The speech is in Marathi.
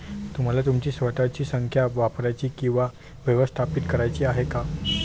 तुम्हाला तुमची स्वतःची संख्या वापरायची किंवा व्यवस्थापित करायची आहे का?